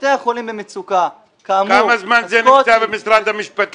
בתי החולים במצוקה --- כמה זמן זה נמצא במשרד המשפטים?